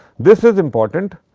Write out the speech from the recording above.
this is important.